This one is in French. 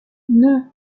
non